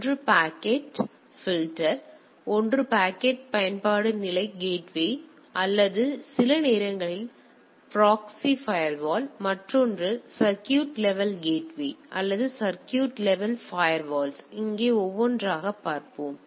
ஒன்று ஒரு packet filter ஒன்று பயன்பாட்டு நிலை கேட்வே அல்லது சில நேரங்களில் ப்ராக்ஸி ஃபயர்வால் மற்றொன்று சர்க்யூட் லெவல் கேட்வேகள் அல்லது சர்க்யூட் லெவல் ஃபயர்வால்கள் இங்கே ஒவ்வொன்றாக பார்ப்போம்